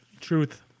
Truth